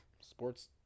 sports